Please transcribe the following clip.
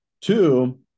Two